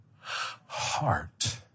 heart